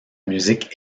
musique